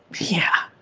yeah.